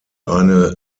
eine